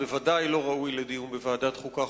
בוודאי לא ראוי לדיון בוועדת החוקה,